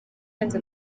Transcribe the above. yanze